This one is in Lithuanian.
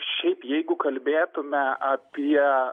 šiaip jeigu kalbėtume apie